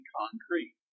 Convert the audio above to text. concrete